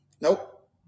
Nope